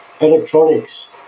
electronics